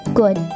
good